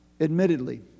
admittedly